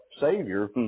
Savior